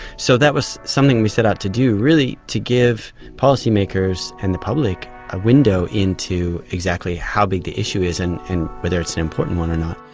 so that was something we set out to do, really to give policymakers and the public a window into exactly how big the issue is and and whether it's an important one or not.